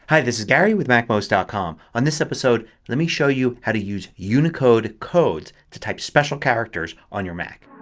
hi, this is gary with macmost ah com. on this episode let me show you how you use unicode codes to type special characters on your mac.